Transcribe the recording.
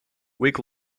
week